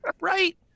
Right